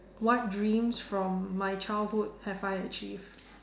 what dreams from my childhood have I achieved